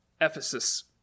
Ephesus